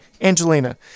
angelina